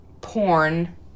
porn